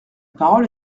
parole